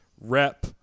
rep